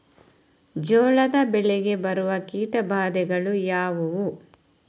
ಜೋಳದ ಬೆಳೆಗೆ ಬರುವ ಕೀಟಬಾಧೆಗಳು ಯಾವುವು?